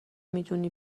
میدونی